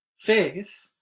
Faith